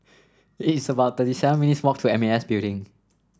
it's about thirty seven minutes' walk to M A S Building